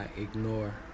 ignore